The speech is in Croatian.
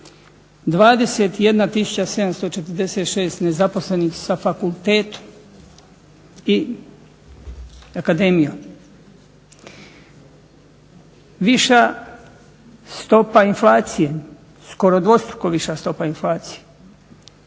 746 nezaposlenih sa fakultetom i akademijom. Viša stopa inflacije skoro dvostruko viša stopa inflacije,